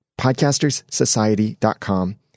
podcasterssociety.com